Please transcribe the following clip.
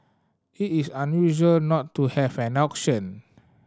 it is unusual not to have an auction